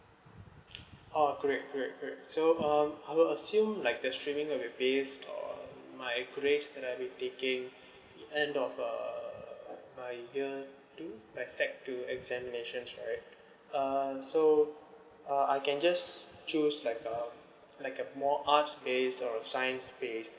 oh great great great so um I will assume like the streaming will be based on my grades that I've been taking and of uh my year two my sec two examinations right uh so uh I can just choose like um like a more art's based or science based